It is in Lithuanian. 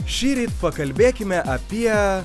šįryt pakalbėkime apie